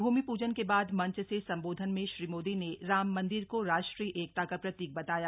भूमि पूजन के बाद मंच से संबोधन में श्री मोदी ने राम मन्दिर को राष्ट्रीय एकता का प्रतीक बताया